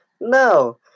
No